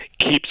keeps